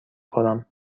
خورم